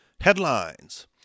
Headlines